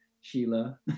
Sheila